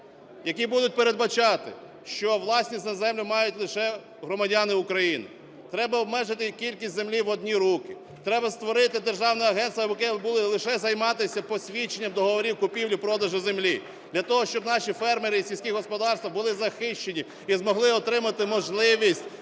які будуть передбачати, що власність на землю мають лише громадяни України. Треба обмежити і кількість землі в одні руки. Треба створити державне агентство, яке буде лише займатися посвідченням договорів купівлі-продажу землі, для того, щоб наші фермери і сільські господарства були захищені, і змогли отримати можливість